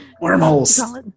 wormholes